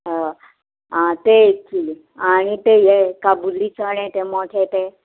हय आं ते एक कील आं आणी ते हे काबुली चणें ते मोठे ते